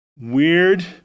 Weird